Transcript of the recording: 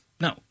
No